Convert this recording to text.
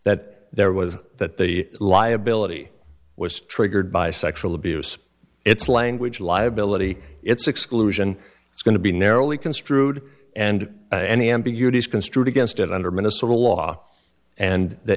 that there was that the liability was triggered by sexual abuse it's language liability it's exclusion it's going to be narrowly construed and any ambiguity is construed against it under minnesota law and th